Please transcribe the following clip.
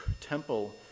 temple